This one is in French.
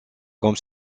comme